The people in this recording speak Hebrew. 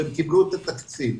והם קיבלו את התקציב.